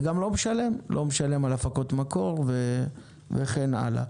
וגם לא משלם על הפקות מקור וכן הלאה.